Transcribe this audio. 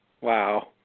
Wow